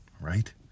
right